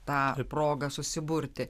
tą progą susiburti